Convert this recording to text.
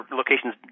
locations